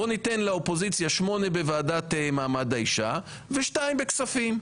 בוא ניתן לאופוזיציה 8 בוועדה למעמד האישה ו-2 בכספים.